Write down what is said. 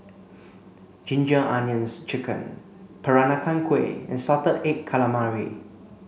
ginger onions chicken Peranakan Kueh and salted egg calamari